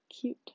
cute